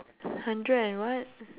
hundred and what